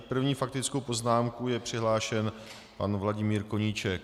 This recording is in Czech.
K první faktické poznámce je přihlášen pan Vladimír Koníček.